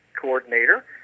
coordinator